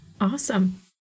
Awesome